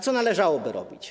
Co należałoby robić?